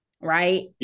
right